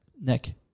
Nick